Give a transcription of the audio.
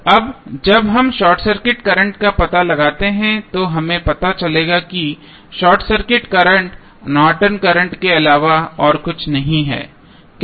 अब जब हम शॉर्ट सर्किट करंट का पता लगाते हैं तो हमें पता चलेगा कि short circuit current Norton current Nortons current के अलावा और कुछ नहीं है कैसे